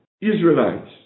Israelites